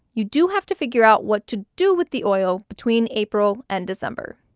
you do have to figure out what to do with the oil between april and december,